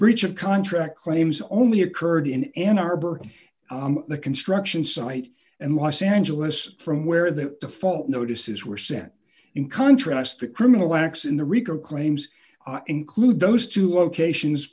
breach of contract claims only occurred in ann arbor the construction site and los angeles from where the default notices were sent in contrast to criminal acts in the rico claims include those two locations